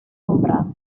comprar